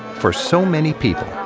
for so many people,